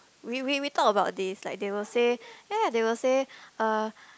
we we we talk about this like these will say ya ya they will say uh